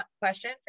question